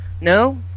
No